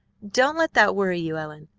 don't let that worry you, ellen,